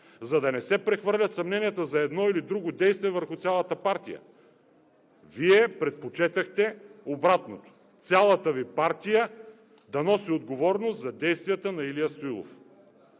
за да не се прехвърлят съмненията за едно или други действие върху цялата партия. Вие предпочетохте обратното – цялата Ви партия да носи отговорност за действията на Илия Стоилов.